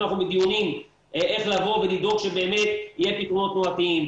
אנחנו בדיונים איך לבוא ולדאוג שבאמת יהיה פתרונות תנועתיים,